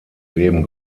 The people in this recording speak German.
leben